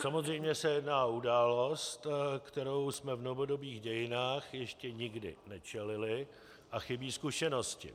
Samozřejmě se jedná u událost, které jsme v novodobých dějinách ještě nikdy nečelili, a chybí zkušenosti.